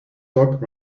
dog